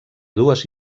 dues